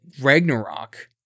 Ragnarok